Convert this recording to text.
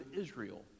Israel